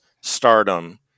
stardom